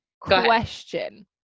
question